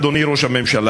אדוני ראש הממשלה,